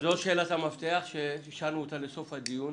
זו שאלת המפתח שהשארנו לסוף הדיון,